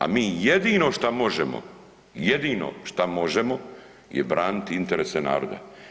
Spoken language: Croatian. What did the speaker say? A mi jedino šta možemo, jedino šta možemo je braniti interese naroda.